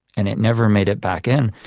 and it never made it back in.